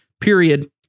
Period